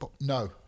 No